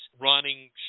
running